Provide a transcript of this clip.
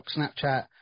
Snapchat